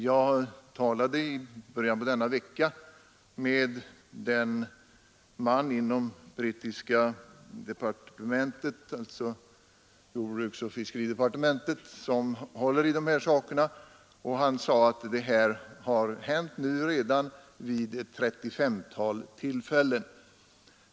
Jag talade i början av denna vecka med den man som inom det brittiska jordbruksoch fiskeridepartementet handlägger denna fråga, och han sade att sådana kapningar nu redan gjorts vid ett trettiofemtal tillfällen.